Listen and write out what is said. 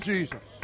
Jesus